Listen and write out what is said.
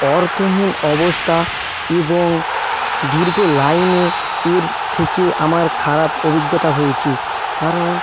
অর্থহীন অবস্থা এবং দীর্ঘ লাইনের থেকে আমার খারাপ অভিজ্ঞতা হয়েছে কারণ